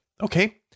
Okay